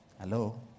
Hello